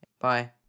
Bye